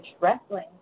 wrestling